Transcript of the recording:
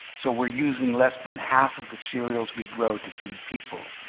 so we are using less than half of the cereals we grow to feed people,